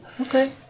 Okay